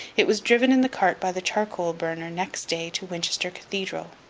it was driven in the cart by the charcoal-burner next day to winchester cathedral,